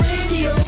Radio